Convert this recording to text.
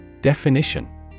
Definition